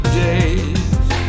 days